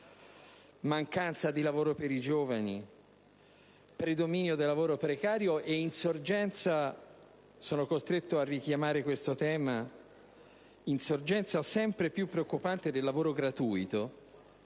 mancanza di lavoro per i giovani, predominio del lavoro precario e insorgenza - sono costretto a richiamare questo tema sempre più preoccupante - del lavoro gratuito,